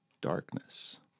darkness